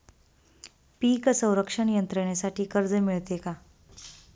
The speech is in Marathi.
पीक संरक्षण यंत्रणेसाठी कर्ज मिळते का?